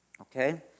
Okay